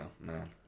man